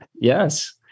Yes